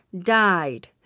died